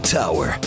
tower